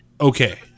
okay